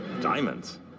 Diamonds